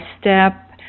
step